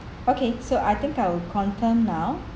okay so I think I will confirm now